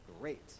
Great